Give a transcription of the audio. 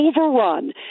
overrun